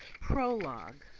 prologue.